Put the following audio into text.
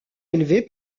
élevé